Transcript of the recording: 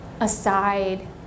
aside